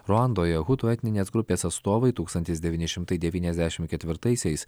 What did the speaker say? ruandoje hutų etninės grupės atstovai tūkstantis devyni šimtai devyniasdešim ketvirtaisiais